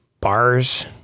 bars